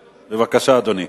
בבקשה, אדוני.